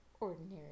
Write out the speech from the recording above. ordinary